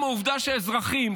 עצם העובדה שאזרחים,